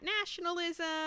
nationalism